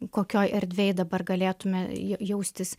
kokioj erdvėj dabar galėtumėme ja jaustis